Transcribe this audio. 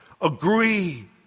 agree